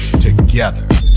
together